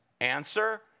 Answer